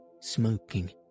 smoking